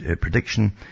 prediction